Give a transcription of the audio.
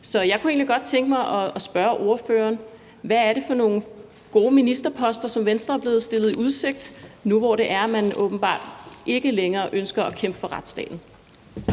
Så jeg kunne egentlig godt tænke mig at spørge ordføreren: Hvad er det for nogle gode ministerposter, som Venstre er blevet stillet i udsigt nu, hvor man åbenbart ikke længere ønsker at kæmpe for retsstaten?